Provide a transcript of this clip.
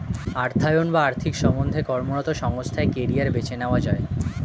অর্থায়ন বা আর্থিক সম্বন্ধে কর্মরত সংস্থায় কেরিয়ার বেছে নেওয়া যায়